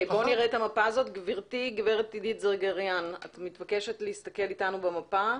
גברת עידית זרגריאן, את מתבקשת להסתכל אתנו במפה.